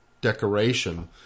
decoration